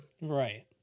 right